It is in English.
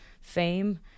fame